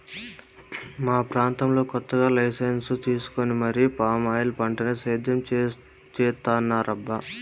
మా ప్రాంతంలో కొత్తగా లైసెన్సు తీసుకొని మరీ పామాయిల్ పంటని సేద్యం చేత్తన్నారబ్బా